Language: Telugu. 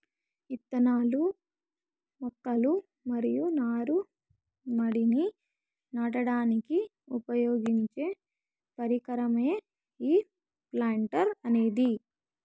ఇత్తనాలు, మొక్కలు మరియు నారు మడిని నాటడానికి ఉపయోగించే పరికరమే ఈ ప్లాంటర్ అనేది